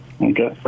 Okay